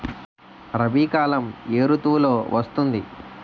రబీ కాలం ఏ ఋతువులో వస్తుంది?